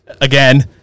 again